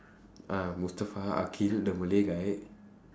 ah mustafa akhil the malay guy